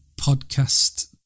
podcast